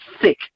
thick